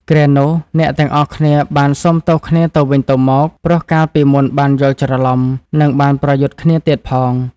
គ្រានោះ អ្នកទាំងអស់គ្នាបានសុំទោសគ្នាទៅវិញទៅមក ព្រោះកាលពីមុនបានយល់ច្រឡំ នឹងបានប្រយុទ្ធគ្នាទៀតផង។